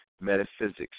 Metaphysics